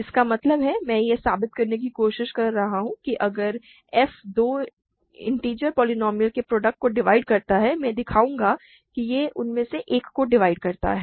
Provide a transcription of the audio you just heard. इसका मतलब है मैं यह साबित करने की कोशिश कर रहा हूं कि अगर f दो इन्टिजर पोलीनोमिअल के प्रॉडक्ट को डिवाइड करता है मैं दिखाऊंगा कि यह उनमें से एक को डिवाइड करता है